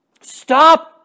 stop